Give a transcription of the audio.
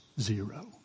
zero